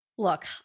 Look